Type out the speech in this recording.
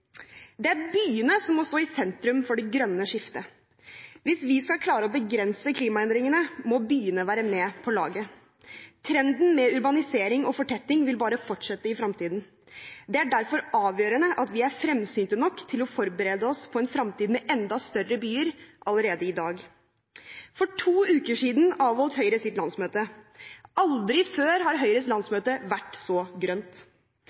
Det er byene som må stå i sentrum for det grønne skiftet. Hvis vi skal klare å begrense klimaendringene, må byene være med på laget. Trenden med urbanisering og fortetting vil bare fortsette i fremtiden. Det er derfor avgjørende at vi er fremsynte nok til å forberede oss på en fremtid med enda større byer – allerede i dag. For to uker siden avholdt Høyre sitt landsmøte. Aldri før har Høyres landsmøte vært så grønt.